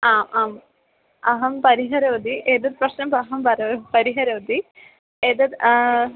आम् अहं परिहरोति एतत् प्रश्नम् अहं करोति परिहरोति एतति